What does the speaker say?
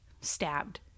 stabbed